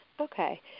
Okay